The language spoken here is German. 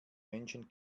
menschen